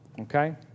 Okay